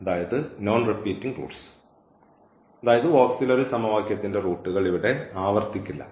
അതായത് ഓക്സിലറി സമവാക്യത്തിൻറെ റൂട്ടുകൾ ഇവിടെ ആവർത്തിക്കില്ല